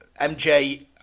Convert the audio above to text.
MJ